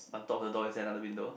on top of the door is another window